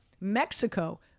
Mexico